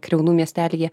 kriaunų miestelyje